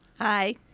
hi